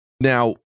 Now